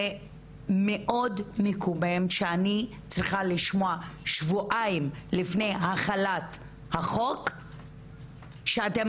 זה מקומם מאוד ששבועיים לפני החלת החוק אני צריכה לשמוע שאתם